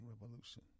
Revolution